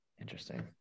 interesting